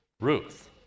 Ruth